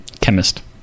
chemist